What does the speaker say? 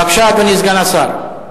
בבקשה, אדוני סגן השר.